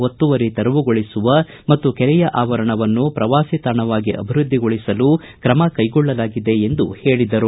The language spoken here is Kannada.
ಒತ್ತುವರಿ ತೆರವುಗೊಳಿಸುವ ಮತ್ತು ಕೆರೆಯ ಅವರಣವನ್ನು ಪ್ರವಾಸಿ ತಾಣವಾಗಿ ಅಭಿವೃದ್ದಿಗೊಳಿಸಲು ಕ್ರಮಕೈಗೊಳ್ಳಲಾಗಿದೆ ಎಂದು ಹೇಳಿದರು